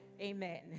Amen